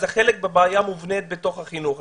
אז זה חלק מבעיה מובנית בתוך החינוך.